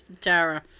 Tara